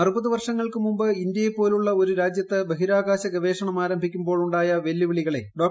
അറുപത്വർഷങ്ങൾക്ക് മുമ്പ് ഇന്ത്യയെ പോലുള്ള ഒരുരാജ്യത്ത് ബഹിരാകാശ ഗവേഷണം ആരംഭിക്കുമ്പോൾ ഉണ്ടായ വെല്ലുവിളികളെ ഡോ